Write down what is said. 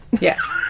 Yes